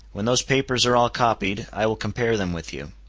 when those papers are all copied, i will compare them with you.